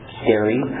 scary